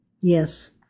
Yes